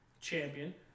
Champion